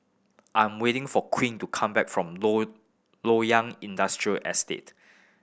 I'm waiting for Queen to come back from Loyang Industrial Estate